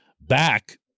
back